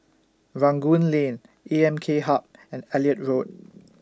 Rangoon Lane A M K Hub and Elliot Road